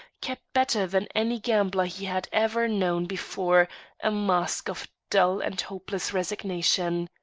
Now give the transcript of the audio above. kept better than any gambler he had ever known before a mask of dull and hopeless resignation.